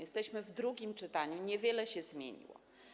Jesteśmy w drugim czytaniu, niewiele się zmieniło.